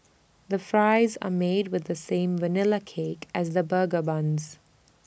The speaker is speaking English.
the fries are made with the same Vanilla cake as the burger buns